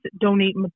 donate